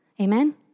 Amen